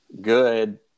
good